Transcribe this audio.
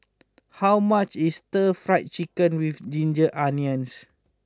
how much is Stir Fry Chicken with Ginger Onions